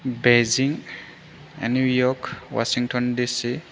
Beijing and New York Washington डेसि